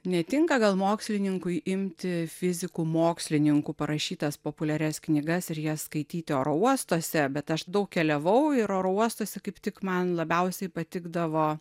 netinka gal mokslininkui imti fizikų mokslininkų parašytas populiarias knygas ir jas skaityti oro uostuose bet aš daug keliavau ir oro uostuose kaip tik man labiausiai patikdavo